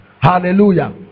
Hallelujah